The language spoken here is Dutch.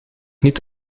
niet